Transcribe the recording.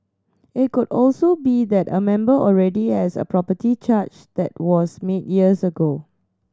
it could also be that a member already has a property charge that was made years ago